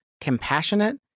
compassionate